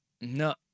No